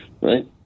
right